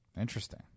Interesting